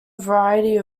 variety